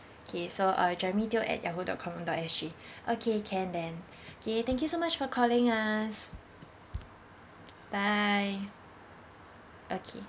okay so uh jeremy teo at yahoo dot com dot S_G okay can then okay thank you so much for calling us bye okay